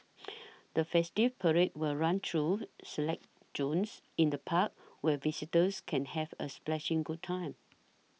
the festival parade will run through select zones in the park where visitors can have a splashing good time